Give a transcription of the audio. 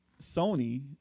Sony